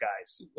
guys